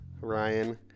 Ryan